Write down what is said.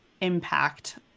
impact